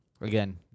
again